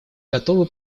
готовы